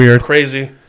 crazy